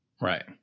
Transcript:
Right